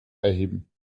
erheben